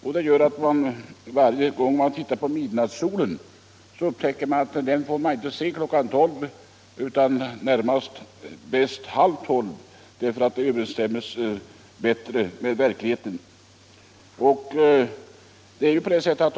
Varje gång vi där skall titta på midnattssolen finner vi att det sker bäst klockan halv tolv och inte klockan tolv.